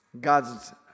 God's